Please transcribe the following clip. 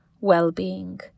well-being